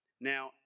Now